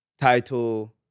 Title